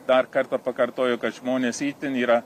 dar kartą pakartoju kad žmonės itin yra